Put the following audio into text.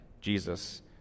Jesus